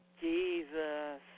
Jesus